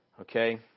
Okay